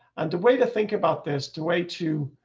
and the way to think about this two way to